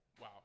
wow